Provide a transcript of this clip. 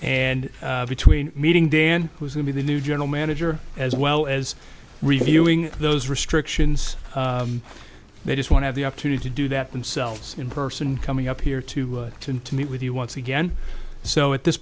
and between meeting dan who's going to the new general manager as well as reviewing those restrictions they just want have the opportunity to do that themselves in person coming up here to to and to meet with you once again so at this